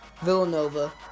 Villanova